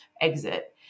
exit